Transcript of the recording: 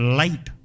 light